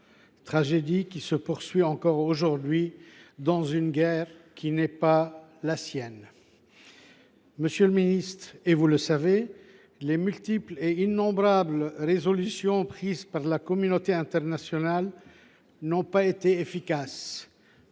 tragédie qu’elle subit encore aujourd’hui dans une guerre qui n’est pas la sienne. Monsieur le ministre, vous le savez, les innombrables résolutions prises par la communauté internationale n’ont pas été efficaces.